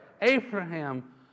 Abraham